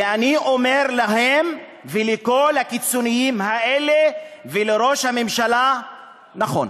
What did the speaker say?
ואני אומר להם ולכל הקיצוניים האלה ולראש הממשלה: נכון.